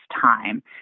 time